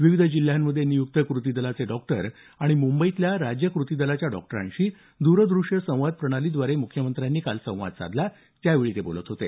विविध जिल्ह्यांमध्ये नियुक्त कृती दलाचे डॉक्टर आणि मुंबईतल्या राज्य कृती दलाच्या डॉक्टरांशी दूरदृश्य संवाद प्रणालीद्वारे मुख्यमंत्र्यांनी काल संवाद साधला त्यावेळी ते बोलत होते